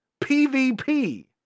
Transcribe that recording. PvP